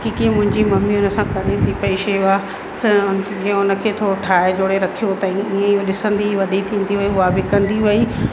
जेकी मुंहिंजी मम्मी उन सां करे थी पई शेवा त जीअं उन खे थोरो ठाहे जोड़े रखियो अथई इहे ॾिसंदी वॾी थी वई हुआ बि कंदी वई